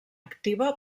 activa